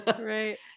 Right